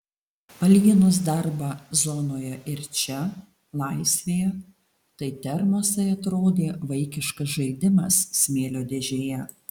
palyginus darbą zonoje ir čia laisvėje tai termosai atrodė vaikiškas žaidimas smėlio dėžėje